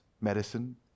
medicine